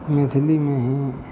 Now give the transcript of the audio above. मैथिलीमे ही